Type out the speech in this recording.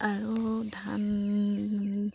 আৰু ধান